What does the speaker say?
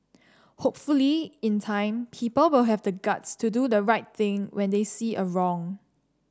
hopefully in time people will have the guts to do the right thing when they see a wrong